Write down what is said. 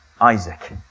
Isaac